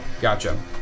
Gotcha